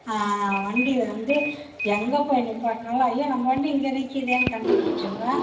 வண்டி வந்து எங்கே போய் நிப்பாட்டினாலும் ஐயோ நம்ம வண்டி இங்கே நிற்கிதேனு கண்டுப்பிடிச்சிடுவேன்